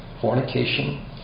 fornication